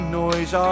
noise